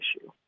issue